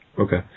Okay